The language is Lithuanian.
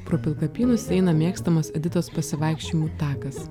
pro pilkapynus eina mėgstamas editos pasivaikščiojimų takas